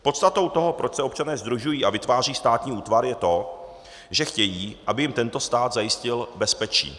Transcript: Podstatou toho, proč se občané sdružují a vytvářejí státní útvar, je to, že chtějí, aby jim tento stát zajistil bezpečí.